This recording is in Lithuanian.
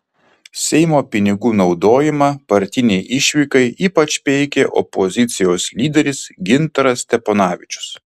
seimo pinigų naudojimą partinei išvykai ypač peikė opozicijos lyderis gintaras steponavičius